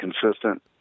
consistent